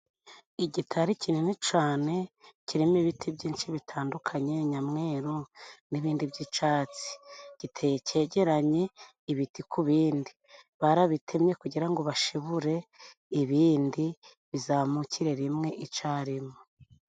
Igitari kinini cane kirimo ibiti byinshi bitandukanye: nyamweru n'ibindi by'icatsi. Giteye cegeranye ibiti ku bindi, barabitemye kugira ngo bashibure ibindi bizamukire rimwe icarimwe.